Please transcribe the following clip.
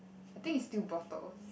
I think it's still bottles